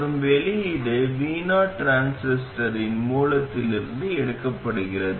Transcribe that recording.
மற்றும் வெளியீடு vo டிரான்சிஸ்டரின் மூலத்திலிருந்து எடுக்கப்படுகிறது